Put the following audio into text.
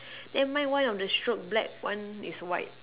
then mine one of the stroke black one is white